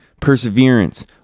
perseverance